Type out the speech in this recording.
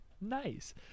Nice